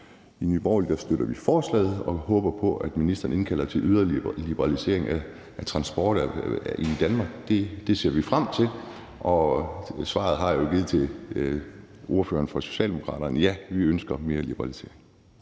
I Nye Borgerlige støtter vi forslaget, og vi håber på, at ministeren indkalder til yderligere liberalisering af transporterhverv i Danmark. Det ser vi frem til, og svaret har jeg jo givet til ordføreren for Socialdemokraterne: Ja, vi ønsker mere liberalisering.